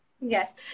Yes